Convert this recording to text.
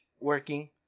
working